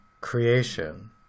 creation